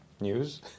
news